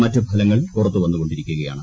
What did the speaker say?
മറ്റ് ഫലങ്ങൾ പുറത്തുവന്നുകൊണ്ടിരിക്കുകയ്ക്കുന്ന്